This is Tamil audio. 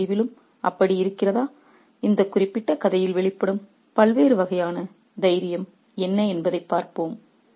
கதையின் முடிவிலும் அப்படி இருக்கிறதா இந்த குறிப்பிட்ட கதையில் வெளிப்படும் பல்வேறு வகையான தைரியம் என்ன என்பதைப் பார்ப்போம்